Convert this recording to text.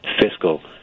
fiscal